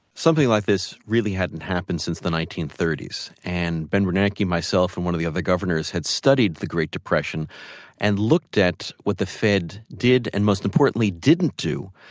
something like this really hadn't happened since the nineteen thirty s. and ben bernanke, myself, and one of the other governors, had studied the great depression and looked at what the fed did and, most importantly, didn't do.